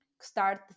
start